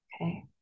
Okay